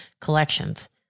collections